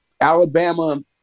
Alabama